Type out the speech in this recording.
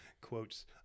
quotes